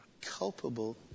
Culpable